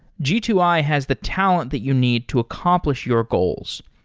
g two i has the talent that you need to accomplish your goals.